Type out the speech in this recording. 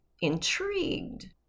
intrigued